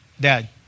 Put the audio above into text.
dad